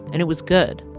and it was good.